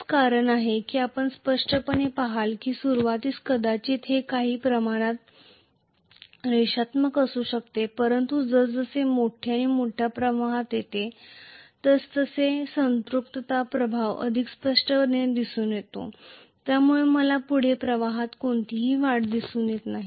हेच कारण आहे की आपण स्पष्टपणे पहाल की सुरवातीस कदाचित हे काही प्रमाणात रेषात्मक असू शकते परंतु जसजसे ते मोठ्या आणि मोठ्या प्रवाहात येते तसतसे संपृक्तता प्रभाव अधिक स्पष्टपणे दिसून येतो ज्यामुळे मला पुढे प्रवाहात कोणतीही वाढ दिसून येत नाही